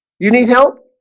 you need help.